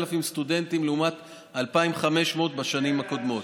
כ-4,000 סטודנטים לעומת 2,500 בשנים הקודמות.